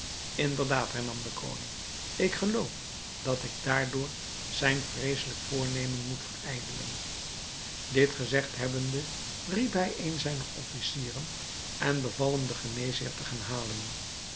inderdaad hernam de koning ik geloof dat ik daardoor zijn vreeselijk voornemen moet verijdelen dit gezegd hebbende riep hij een zijner officieren en beval hem den geneesheer te gaan halen